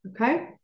okay